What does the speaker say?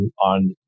on